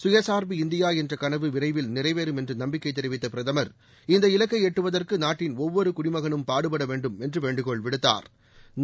சுயசா்பு இந்தியா என்ற கனவு விரைவில் நிறைவேறும் என்று நம்பிக்கை தெரிவித்த பிரதமர் இந்த இலக்கை எட்டுவதற்கு நாட்டின் ஒவ்வொரு குடிமகனும் பாடுபட வேண்டும் என்று வேண்டுகோள் விடுத்தாா்